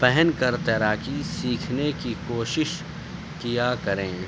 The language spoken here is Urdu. پہن کر تیراکی سیکھنے کی کوشش کیا کریں